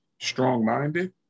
strong-minded